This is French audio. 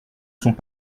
sont